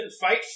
fight